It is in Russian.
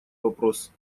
вопрос